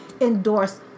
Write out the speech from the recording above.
endorse